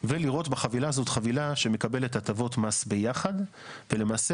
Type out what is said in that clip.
ולראות בחבילה הזאת חבילה שמקבלת הטבות מס ביחד ולמעשה